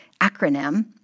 acronym